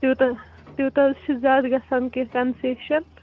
تیٛوٗتاہ تیٛوٗتاہ حظ چھُ زیادٕ گَژھان کیٚنٛہہ کنسیٚشن